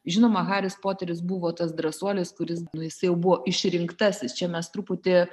žinoma haris poteris buvo tas drąsuolis kuris nu jisai jau buvo išrinktasis čia mes truputį